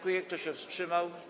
Kto się wstrzymał?